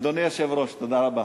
אדוני היושב-ראש, תודה רבה.